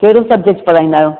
कहिड़ो सब्जेक्ट पढ़ाईंदा आहियो